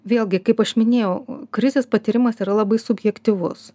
vėlgi kaip aš minėjau krizės patyrimas yra labai subjektyvus